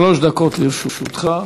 שלוש דקות לרשותך.